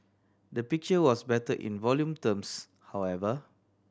the picture was better in volume terms however